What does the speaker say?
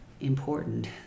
Important